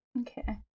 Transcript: Okay